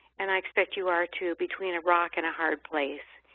and i expect you are too, between a rock and a hard place.